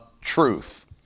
truth